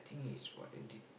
I think is white I did